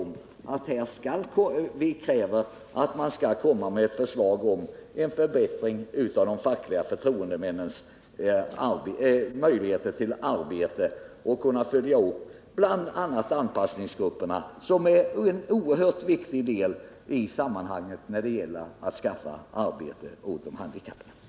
Därför tar vi upp frågan nu och kräver förslag om förbättring av de fackliga förtroendemännens möjligheter att arbeta för att bl.a. kunna följa upp anpassningsgruppernas verksamhet, som är oerhört viktig när det gäller att skaffa arbete åt de handikappade.